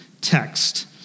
text